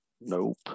Nope